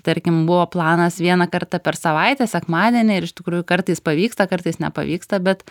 tarkim buvo planas vieną kartą per savaitę sekmadienį ir iš tikrųjų kartais pavyksta kartais nepavyksta bet